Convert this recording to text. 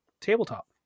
tabletop